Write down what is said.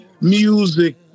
Music